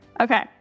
Okay